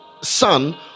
son